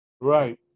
Right